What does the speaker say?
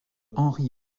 henri